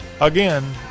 again